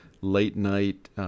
late-night